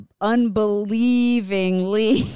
Unbelievingly